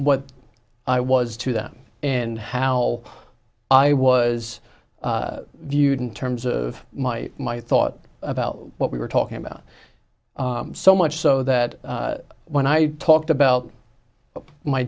what i was to them and how i was viewed in terms of my my thought about what we were talking about so much so that when i talked about my